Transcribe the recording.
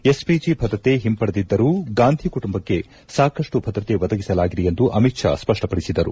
SPG ಭದ್ರತೆ ಹಿಂಪಡೆದಿದ್ದರು ಗಾಂಧಿ ಕುಟುಂಬಕ್ಕೆ ಸಾಕಷ್ಟು ಭದ್ರತೆ ಒದಗಿಸಲಾಗಿದೆ ಎಂದು ಅಮಿತ್ ಶಾ ಸ್ವಷ್ಷಪಡಿಸಿದರು